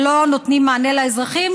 שלא נותנים מענה לאזרחים,